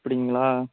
அப்படிங்களா